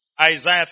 Isaiah